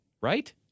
right